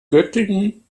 göttingen